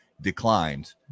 declined